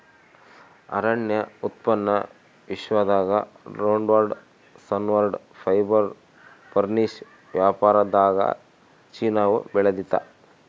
ಅರಣ್ಯ ಉತ್ಪನ್ನ ವಿಶ್ವದಾಗ ರೌಂಡ್ವುಡ್ ಸಾನ್ವುಡ್ ಫೈಬರ್ ಫರ್ನಿಶ್ ವ್ಯಾಪಾರದಾಗಚೀನಾವು ಬೆಳಿತಾದ